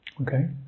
Okay